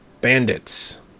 Bandits